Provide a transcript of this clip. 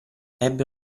ebbe